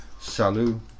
salut